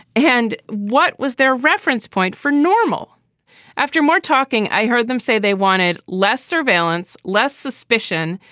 and what was their reference point for normal after more talking? i heard them say they wanted less surveillance, less suspicion,